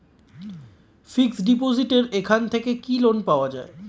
Fix ডিপোজিটের এখান থেকে কি লোন পাওয়া যায়?